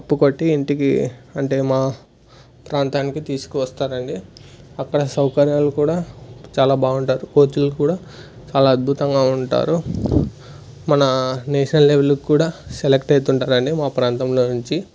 cup కొట్టి ఇంటికి అంటే మా ప్రాంతానికి తీసుకొస్తారండి అక్కడ సౌకర్యాలు కూడా చాలా బాగుంటారు కోచులు కూడా చాలా అద్భుతంగా ఉంటారు మన నేషనల్ లెవెల్కి కూడా సెలెక్ట్ అవుతుంటారండి మా ప్రాంతంలో నుంచి